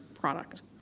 product